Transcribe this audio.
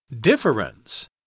difference